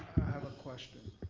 have a question.